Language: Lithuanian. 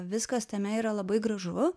viskas tame yra labai gražu